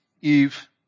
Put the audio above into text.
Eve